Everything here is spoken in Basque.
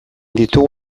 ditugu